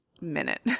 minute